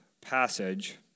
passage